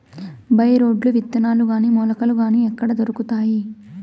By రోడ్లు విత్తనాలు గాని మొలకలు గాని ఎక్కడ దొరుకుతాయి?